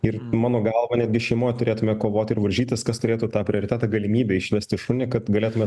ir mano galva netgi šeimoj turėtumėme kovoti ir varžytis kas turėtų tą prioritetą galimybę išvesti šunį kad galėtume